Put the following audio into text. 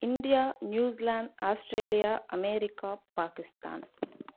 India New Zealand Australia America Pakistan